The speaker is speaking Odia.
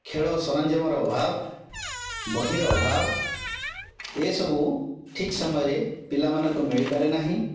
ଖେଳ ସରଞ୍ଜାମର ଅଭାବ ବହିର ଅଭାବ ଏସବୁ ଠିକ ସମୟରେ ପିଲାମାନଙ୍କୁ ମିଳିପାରେ ନାହିଁ